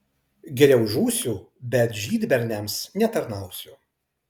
geriau žūsiu bet žydberniams netarnausiu